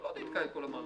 אתה לא תתקע את כל המערכת,